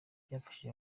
byafashije